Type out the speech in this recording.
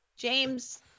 James